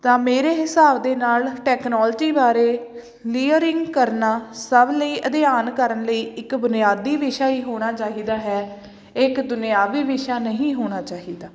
ਤਾਂ ਮੇਰੇ ਹਿਸਾਬ ਦੇ ਨਾਲ ਟੈਕਨੋਲਜੀ ਬਾਰੇ ਲੀਅਰਿੰਗ ਕਰਨਾ ਸਭ ਲਈ ਅਧਿਐਨ ਕਰਨ ਲਈ ਇੱਕ ਬੁਨਿਆਦੀ ਵਿਸ਼ਾ ਹੀ ਹੋਣਾ ਚਾਹੀਦਾ ਹੈ ਇਹ ਇੱਕ ਦੁਨਿਆਵੀ ਵਿਸ਼ਾ ਨਹੀਂ ਹੋਣਾ ਚਾਹੀਦਾ